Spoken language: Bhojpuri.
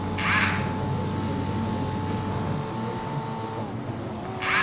वेंचर कैपिटल के मदद से स्टार्टअप उद्योग खातिर पईसा दिहल जाला